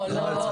לא.